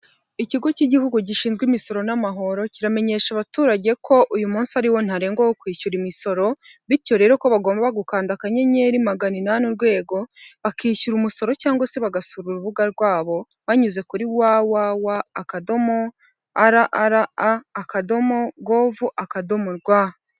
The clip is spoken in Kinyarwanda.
Ikigo cy'igihugu gishinzwe imisoro n'amahoro, kiramenyesha abaturage ko uyu munsi ari wo ntarengwa wo kwishyura imisoro, bityo rero ko bagomba gukanda akanyenyeri magana inani urwego, bakishyura umusoro cyangwa se bagasura urubuga rwabo, banyuze kuri wawawa akadomo govu akadomo rwa.